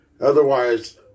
otherwise